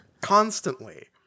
Constantly